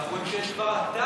אבל אנחנו רואים שיש כבר עתה,